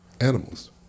animals